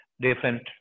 different